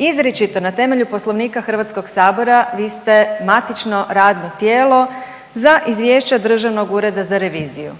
Izričito na temelju Poslovnika HS-a vi ste matično radno tijelo za izvješća Državnog ureda za reviziju.